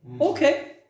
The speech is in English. Okay